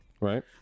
right